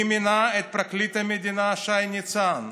מי מינה את פרקליט המדינה שי ניצן?